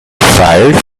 files